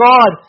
God